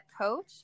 coach